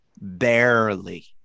Barely